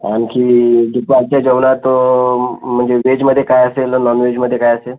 आणखी दुपारच्या जेवणात म्हणजे वेजमध्ये काय असेल आणि नॉनवेजमध्ये काय असेल